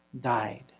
died